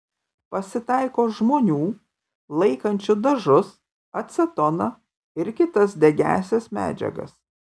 pasitaiko žmonių laikančių dažus acetoną ir kitas degiąsias medžiagas